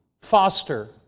Foster